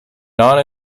non